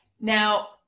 now